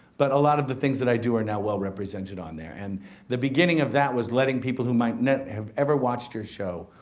but a lot of the things that i do are now well represented. um and the beginning of that was letting people who might not have ever watched your show,